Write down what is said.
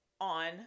on